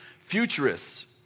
Futurists